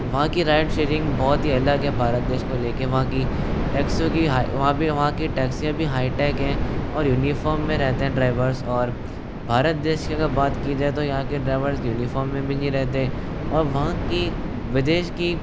वहाँ की ride sharing बहुत ही अलग है भारत देश को लेकर वहाँ की टैक्सियों की हाई वहाँ भी वहाँ की टैक्सियाँ हाईटेक हैं और यूनिफॉर्म में रहते हैं ड्राइवर्स और भारत देश की अगर बात की जाए तो यहाँ के ड्राइवर्स यूनिफॉर्म में भी नहीं रहते और वहाँ की विदेश की